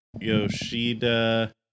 Yoshida